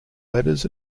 letters